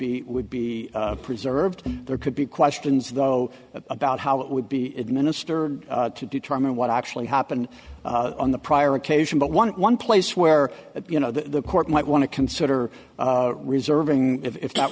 be would be preserved and there could be questions though about how it would be administered to determine what actually happened on the prior occasion but one one place where you know the court might want to consider reserving if that